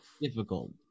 difficult